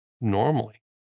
normally